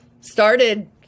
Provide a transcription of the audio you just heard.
started